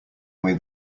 way